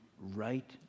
right